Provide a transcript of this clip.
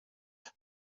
said